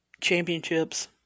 championships